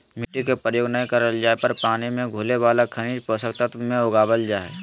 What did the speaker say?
मिट्टी के प्रयोग नै करल जा हई पानी मे घुले वाला खनिज पोषक तत्व मे उगावल जा हई